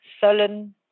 sullen